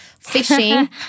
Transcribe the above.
Fishing